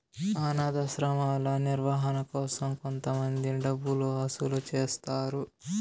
అనాధాశ్రమాల నిర్వహణ కోసం కొంతమంది డబ్బులు వసూలు చేస్తారు